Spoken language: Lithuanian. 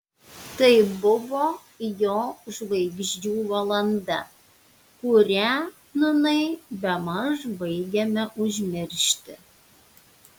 tai buvo jo žvaigždžių valanda kurią nūnai bemaž baigiame užmiršti